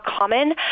common